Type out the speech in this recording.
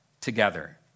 together